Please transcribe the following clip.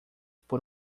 por